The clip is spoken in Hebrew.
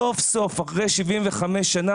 סוף סוף אחרי 75 שנה,